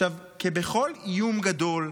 עכשיו, כבכל איום גדול,